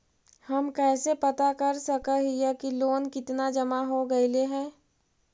हम कैसे पता कर सक हिय की लोन कितना जमा हो गइले हैं?